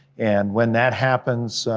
and when that happens,